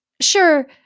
sure